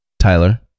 Tyler